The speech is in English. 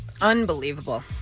Unbelievable